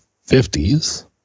fifties